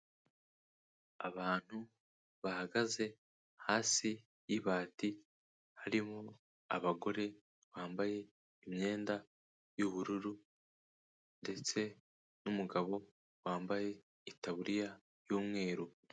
Abantu bahagaze hasi y'ibati, harimo abagore bambaye imyenda y'ubururu ndetse n'umugabo wambaye itaburiya y'umweru.